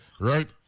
right